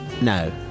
No